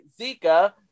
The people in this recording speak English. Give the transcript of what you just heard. Zika